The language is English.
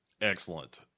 excellent